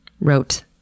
wrote